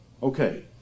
Okay